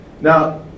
Now